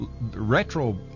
retro